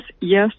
Yes